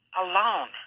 alone